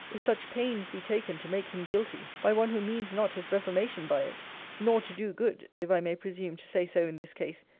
if such pains be taken to make him guilty, by one who means not his reformation by it nor to do good, if i may presume to say so in this case,